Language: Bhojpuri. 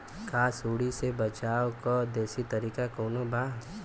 का सूंडी से बचाव क देशी तरीका कवनो बा?